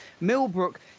Millbrook